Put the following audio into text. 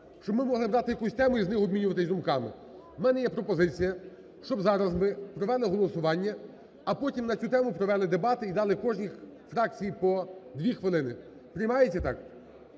щоб ми могли брати якусь тему і з неї обмінюватись думками. В мене є пропозиція, щоб зараз ми провели голосування, а потім на цю тему провели дебати і дали кожній фракції по 2 хвилини. Приймається так?